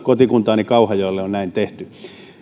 kotikuntaani kauhajoelle on näin tehty